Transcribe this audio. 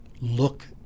look